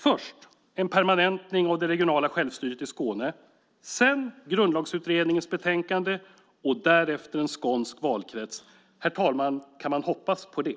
Först en permanentning av det regionala självstyret i Skåne, sedan Grundlagsutredningens betänkande, och därefter en skånsk valkrets - herr talman, kan man hoppas på det?